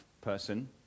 person